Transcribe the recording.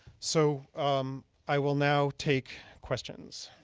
so um i will now take questions.